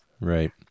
right